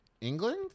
England